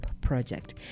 project